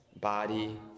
body